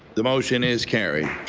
the motion is carried.